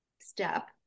step